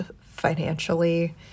financially